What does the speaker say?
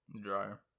dryer